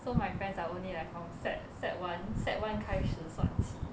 so my friends are only like from sec sec one sec one 开始算起